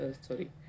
sorry